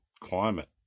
Climate